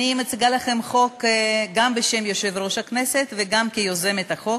אני מציגה לפניכם חוק גם בשם יושב-ראש הוועדה וגם כיוזמת החוק,